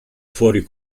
fuori